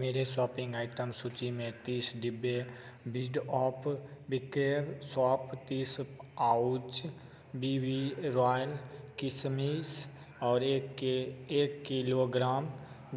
मेरी shopping item सूचि में तीस डब्बे बिअर्डो ब्रिक सोप तीस पाउच बी बी रॉयल किशमिश और एके एक किलोग्राम